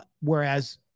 Whereas